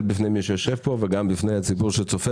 בפני מי שיושב כאן וגם בפני הציבור שצופה